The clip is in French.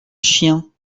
chiens